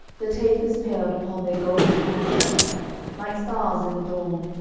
the tapers paled upon their golden candlesticks like stars in the dawn,